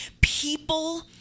People